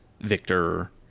victor